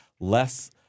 less